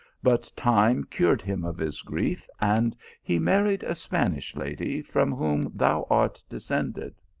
but time cured him of his grief, and he married a span ish lady, from whom thou art descended